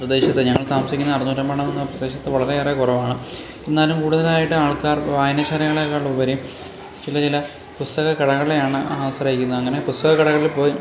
പ്രദേശത്ത് ഞങ്ങൾ താമസിക്കുന്ന അറുന്നൂറ്റമ്പ ടൗണെന്ന പ്രദേശത്ത് വളരെയേറെ കുറവാണ് എന്നാലും കൂടുതലായിട്ട് ആൾക്കാർ വായനശാലാകളെക്കാൾ ഉപരി ചില ചില പുസ്തക കടകളെയാണ് ആശ്രയിക്കുന്നത് അങ്ങനെ പുസ്തക കടകളിൽ പോയ്